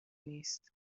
نیست